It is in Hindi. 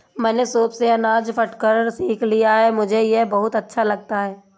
मैंने सूप से अनाज फटकना सीख लिया है मुझे यह बहुत अच्छा लगता है